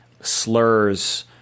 slurs